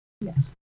yes